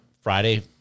Friday